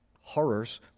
horrors